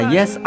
Yes